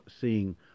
seeing